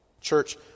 Church